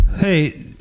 Hey